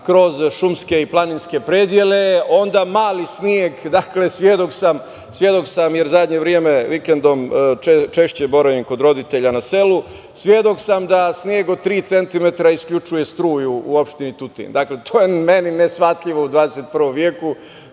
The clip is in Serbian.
kroz šumske i planinske predele, onda mali sneg. Dakle, svedok sam, jer zadnje vreme vikendom češće boravim kod roditelja na selu, svedok sam da sneg od tri centimetra isključuje struju u opštini Tutin. To je meni neshvatljivo u 21. veku,